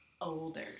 older